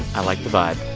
i like the vibe.